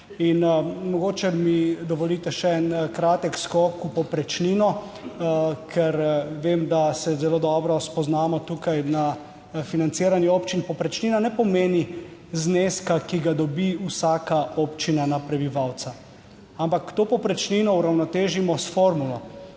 In mogoče mi dovolite še en kratek skok v povprečnino, ker vem, da se zelo dobro spoznamo tukaj na financiranje občin. Povprečnina ne pomeni zneska, ki ga dobi vsaka občina na prebivalca, ampak to povprečnino uravnotežimo s formulo,